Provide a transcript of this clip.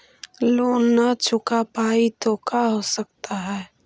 Loan न चुका पाई तो का हो सकता है?